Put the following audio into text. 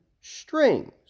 strings